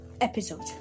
episode